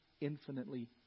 infinitely